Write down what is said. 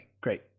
great